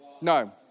No